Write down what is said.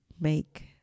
make